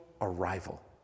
arrival